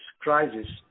crisis